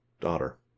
Daughter